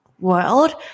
world